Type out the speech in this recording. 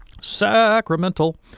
Sacramental